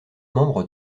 membre